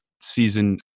season